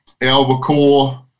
Albacore